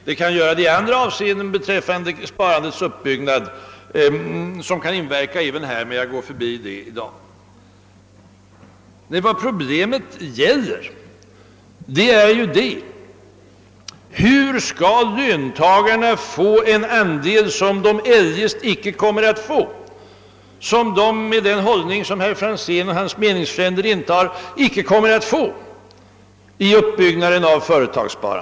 Det kan det göra i andra avseenden, t.ex. när det gäller sparandets uppbyggnad, men den saken går jag i dag förbi. Vad problemet gäller är hur löntagarna skall kunna få en andel, som de — med den hållning när det gäller uppbyggandet av = företagssparandet som herr Franzén och hans meningsfränder intar icke kommer att få.